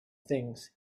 things